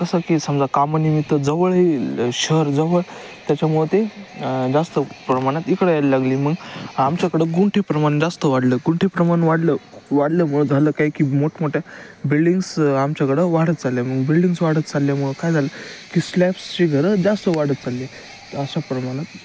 कसं की समजा कामानिमित्त जवळही शहर जवळ त्याच्यामुळं ते जास्त प्रमाणात इकडं यायला लागली मग आमच्याकडं गुंठे प्रमाण जास्त वाढलं गुंठे प्रमाण वाढलं वाढल्यामुळं झालं काय की मोठमोठ्या बिल्डिंग्स आमच्याकडं वाढत चालले मग बिल्डिंग्स वाढत चालल्यामुळं काय झालं की स्लॅब्सची घरं जास्त वाढत चालली अशा प्रमाणात